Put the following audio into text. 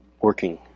working